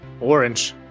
orange